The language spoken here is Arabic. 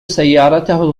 سيارته